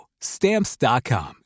Stamps.com